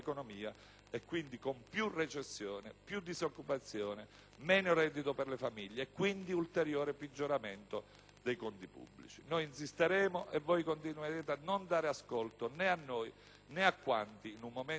e quindi con più recessione, più disoccupazione, meno reddito per le famiglie ed ulteriore peggioramento dei conti pubblici. Noi insisteremo e voi continuerete a non dare ascolto né a noi, né a quanti in numero